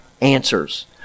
answers